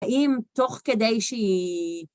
האם תוך כדי שהיא...